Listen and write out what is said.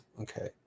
Okay